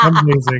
Amazing